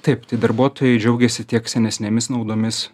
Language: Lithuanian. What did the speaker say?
taip tai darbuotojai džiaugiasi tiek senesnėmis naudomis